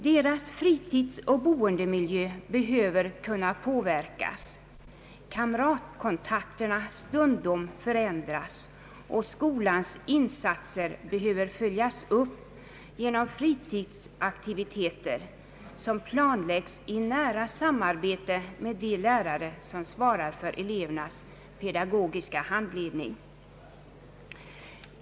Deras fritidsoch boendemiljö behöver kunna påverkas, kamratkontakterna stundom förändras och skolans insatser behöver följas upp genom fritidsaktiviteter som planläggs i nära samarbete med de lärare som svarar för elevernas pedagogiska handledning.